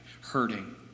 hurting